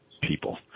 people